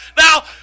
Now